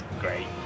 Great